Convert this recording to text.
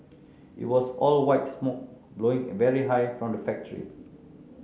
it was all white smoke blowing very high from the factory